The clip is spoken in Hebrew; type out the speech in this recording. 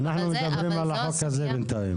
בינתיים אנחנו מדברים על החוק הזה.